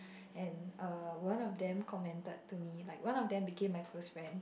and uh one of them commented to me like one of them became my close friend